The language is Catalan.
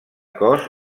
cos